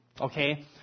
Okay